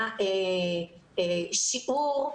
שיעור,